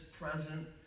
present